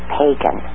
pagan